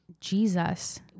Jesus